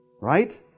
right